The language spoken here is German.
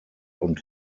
und